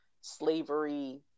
Slavery